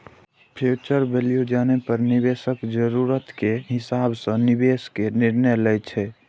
future value जानै पर निवेशक जरूरत के हिसाब सं निवेश के निर्णय लै छै